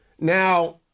Now